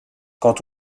quant